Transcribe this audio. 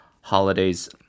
holidays